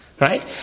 Right